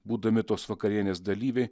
būdami tos vakarienės dalyviai